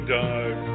time